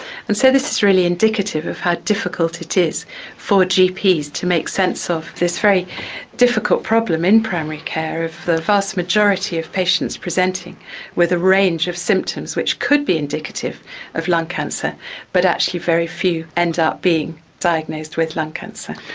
and so this is really indicative of how difficult it is for gps to make sense of this very difficult problem in primary care of the vast majority of patients presenting with a range of symptoms which could be indicative of lung cancer but actually very few end up being diagnosed with lung cancer.